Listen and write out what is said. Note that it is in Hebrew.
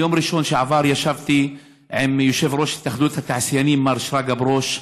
ביום ראשון שעבר ישבתי עם יושב-ראש התאחדות התעשיינים מר שרגא ברוש,